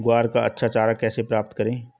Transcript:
ग्वार का अच्छा चारा कैसे प्राप्त करें?